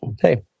Hey